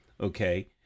okay